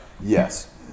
yes